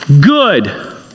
good